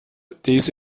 these